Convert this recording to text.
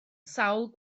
sawl